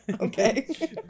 Okay